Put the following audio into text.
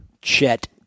Chet